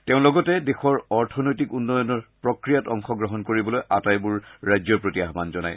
তেওঁ লগতে দেশৰ অৰ্থনৈতিক উন্নয়ন প্ৰক্ৰিয়াত অংশগ্ৰহণ কৰিবলৈ আটাইবোৰ ৰাজ্যৰ প্ৰতি আহান জনায়